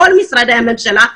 כל משרדי הממשלה,